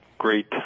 Great